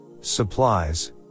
supplies